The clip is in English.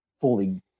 fully